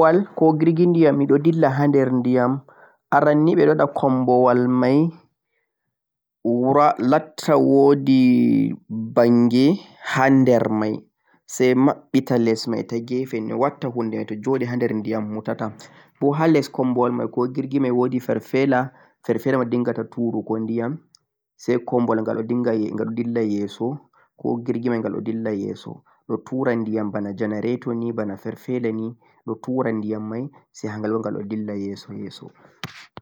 kommowal ko girgidiyam midon dilla hander diyam aran nei o'don hada kommowal mei wuura lasta woodi banghe hander mei sai babbita les mei tagefe mei watta joode hander diyam motaatam mo haa les kommowa mei girgi mi woodi parpela mei tuurutu diyam kommol ghada ghai gaddillan yeso ko girgi mei ghada dillan yeso don dillan diyam boona generata nei booa parpela nei do turan diyam nei sai hanghal woodan dillan yeso-yeso